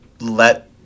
let